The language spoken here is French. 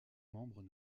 membres